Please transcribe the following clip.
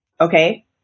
Okay